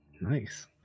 Nice